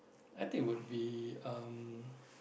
I think would be um